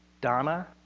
Donna